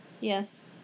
Yes